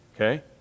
Okay